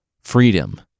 Freedom